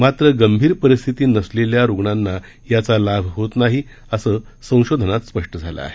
मात्र गंभीर परिस्थिती नसलेल्या रुग्णांना याचा लाभ होत नाही असं संशोधनात स्पष्ट झालं आहे